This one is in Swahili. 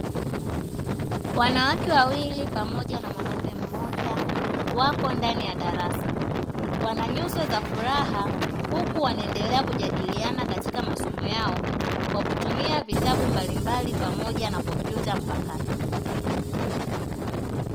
Wanawake wawili pamoja na mwanaume mmoja wapo ndani ya darasa, wananyuso za furaha huku wanaendelea kujadiliana katika masomo yao kwa kutumia vitabu mbalimbali pamoja na kompyuta mpakato.